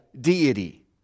deity